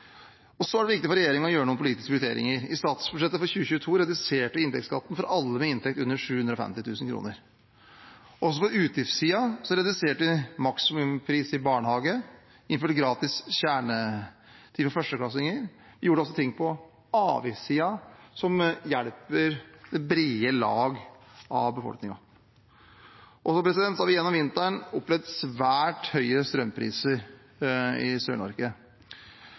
statsbudsjettet for 2022 reduserte vi inntektsskatten for alle med inntekt under 750 000 kr. Også på utgiftssiden reduserte vi maksimumsprisen i barnehage og innførte gratis kjernetid til førsteklassinger, og vi gjorde ting på avgiftssiden som hjelper det brede lag av befolkningen. Vi har gjennom vinteren opplevd svært høye strømpriser i